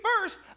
first